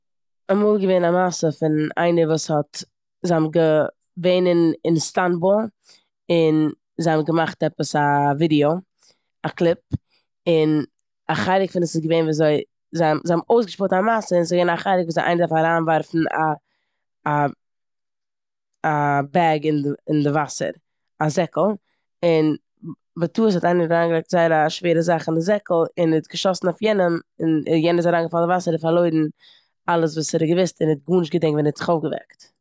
אמאל איז געווען א מעשה פון איינער וואס האט- זיי האבן געווען אין אינסטאנבאל און זיי האבן געמאכט עפעס א ווידיא, א קליפ און א חלק פון עס איז געווען וויאזוי זיי- זיי האבן אויסגעשפילט א מעשה און ס'איז געווען א חלק וויאזוי איינער דארף אריינווארפן א- א- א בעג און די- און די וואסער, א זעקל און בטעות האט איינער אריינגעלייגט זייער א שווערע זאך אין די זעקל און ער האט עס געשאסן אויף יענעם און יענער איז אריינגעפאלן אין וואסער און האט פארלוירן אלעס וואס ער האט געוואוסט און ער האט גארנישט געדענקט ווען ער האט זיך אויפגעוועקט.